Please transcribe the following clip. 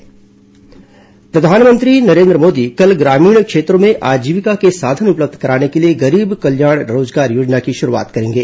गरीब कल्याण रोजगार योजना प्रधानमंत्री नरेन्द्र मोदी कल ग्रामीण क्षेत्रों में आजीविका के साधन उपलब्ध कराने के लिए गरीब कल्याण रोजगार योजना की शुरूआत करेंगे